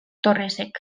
torresek